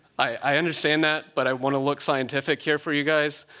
i understand that. but i want to look scientific here for you guys.